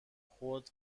خود